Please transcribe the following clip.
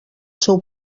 seu